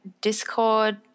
Discord